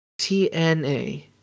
TNA